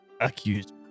accused